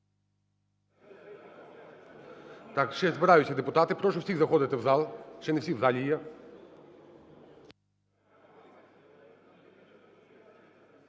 Так, ще збираються депутати. Прошу всіх заходити в зал, ще не всі в залі є.